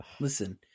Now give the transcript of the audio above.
Listen